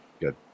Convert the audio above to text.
good